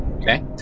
Okay